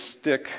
stick